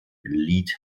lied